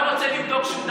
לא רוצה לבדוק שום דבר,